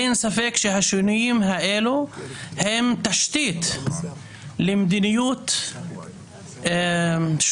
אין ספק שהשינויים האלה הם תשתית למדיניות שונה,